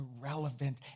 irrelevant